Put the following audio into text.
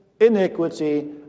iniquity